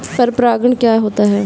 पर परागण क्या होता है?